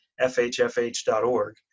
FHFH.org